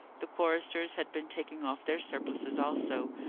the choristers had been taking off their surplices also,